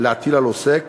להטיל על עוסק